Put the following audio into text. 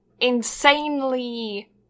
insanely